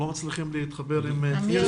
בחומרה והמדיניות היא לבקש מאסרים בפועל,